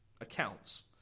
accounts